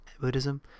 Buddhism